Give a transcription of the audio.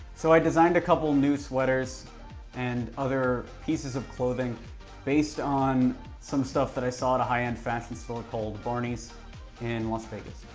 so i designed a couple new sweaters and other pieces of clothing based on some stuff that i saw at a high end fashion store called barney's in las vegas.